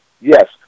Yes